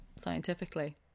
Scientifically